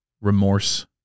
remorse